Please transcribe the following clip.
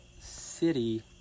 city